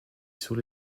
sur